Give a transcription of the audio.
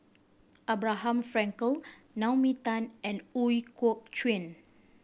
Abraham Frankel Naomi Tan and Ooi Kok Chuen